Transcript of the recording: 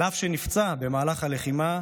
אף שנפצע במהלך הלחימה,